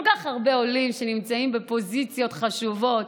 כל כך הרבה עולים שנמצאים בפוזיציות חשובות,